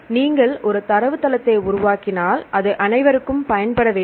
நீங்கள் ஒரு தரவுத்தளத்தை உருவாக்கினால் அது அனைவருக்கும் பயன்பட வேண்டும்